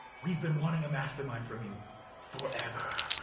we've been wanting a mastermind from you forever.